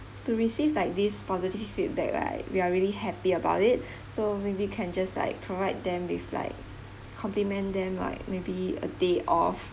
to receive like this positive feedback right we're really happy about it so maybe can just like provide them with like compliment them like maybe a day off